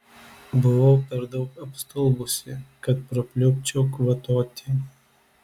buvau per daug apstulbusi kad prapliupčiau kvatoti